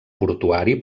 portuari